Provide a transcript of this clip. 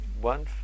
one